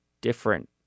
different